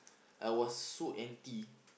I was so anti